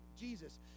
Jesus